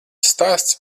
stāsts